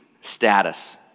status